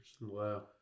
Wow